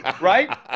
right